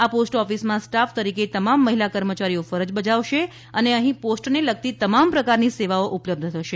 આ પોસ્ટ ઓફિસમાં સ્ટાફ તરીકે તમાંમ મહિલા કર્મચારીઓ ફરજ બજાવશે અને અહિં પોસ્ટને લગતી તમામ પ્રકારની સેવાઓ ઉપલબ્ધ થશે